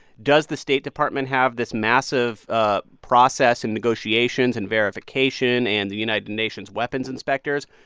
does the state department have this massive ah process in negotiations and verification and the united nations weapons inspectors?